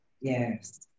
Yes